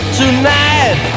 tonight